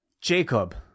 Jacob